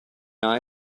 eye